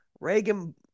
Reagan